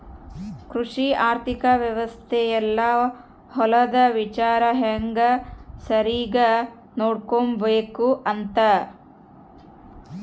ಕೃಷಿ ಆರ್ಥಿಕ ವ್ಯವಸ್ತೆ ಯೆಲ್ಲ ಹೊಲದ ವಿಚಾರ ಹೆಂಗ ಸರಿಗ ನೋಡ್ಕೊಬೇಕ್ ಅಂತ